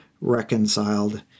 reconciled